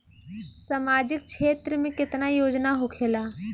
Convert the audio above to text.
सामाजिक क्षेत्र में केतना योजना होखेला?